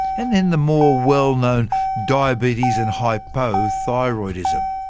and then the more well-known diabetes and hypothyroidism.